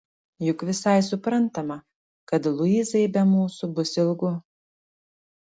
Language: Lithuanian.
juk visai suprantama kad luizai be mūsų bus ilgu